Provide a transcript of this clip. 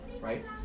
Right